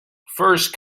first